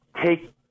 take